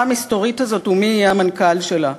המסתורית הזאת הוא מי יהיה המנכ"ל שלה.